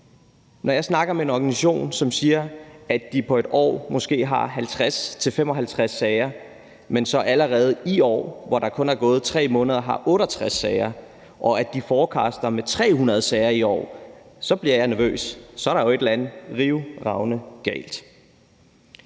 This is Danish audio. Når jeg snakker med en organisation, som siger, at de på et år måske har 50 til 55 sager, men at de så allerede i år, hvor der kun er gået 3 måneder, har haft 68 sager, og at de forecaster med 300 sager i år, så bliver jeg nervøs. For så er der jo et eller andet rivravende galt.